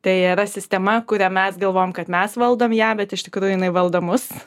tai yra sistema kurią mes galvojam kad mes valdom ją bet iš tikrųjų jinai valdo mus